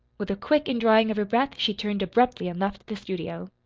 with a quick indrawing of her breath she turned abruptly and left the studio.